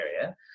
area